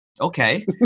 Okay